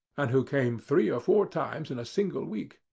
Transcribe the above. and who came three or four times in a single week.